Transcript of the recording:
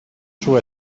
sus